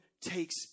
takes